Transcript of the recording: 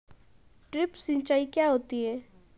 Drip सिंचाई क्या होती हैं?